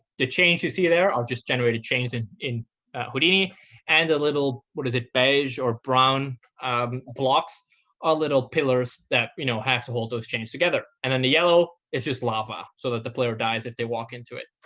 the change you see there i'll just generate a change in in houdini and a little what is it, beige or brown blocks are little pillars that you know have to hold those chains together. and then the yellow is just lava so that the player dies if they walk into it.